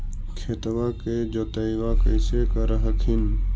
खेतबा के जोतय्बा कैसे कर हखिन?